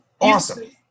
Awesome